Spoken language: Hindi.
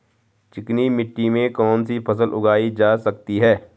चिकनी मिट्टी में कौन सी फसल उगाई जा सकती है?